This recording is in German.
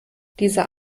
dieser